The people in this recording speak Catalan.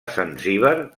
zanzíbar